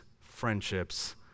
friendships